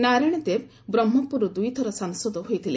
ନାରାୟଣ ଦେବ ବ୍ରହ୍କପୁରରୁ ଦୁଇଥର ସାଂସଦ ହୋଇଥିଲେ